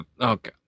okay